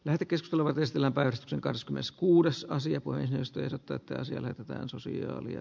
lähetekeskustelua testillä päästynkas myös kuudessa asia voi myös tehdä tätä selitetään sosiaali ja